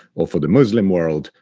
or for the muslim world,